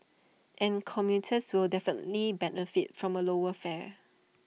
and commuters will definitely benefit from A lower fare